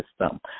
system